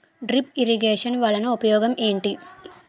drip irrigation వలన ఉపయోగం ఏంటి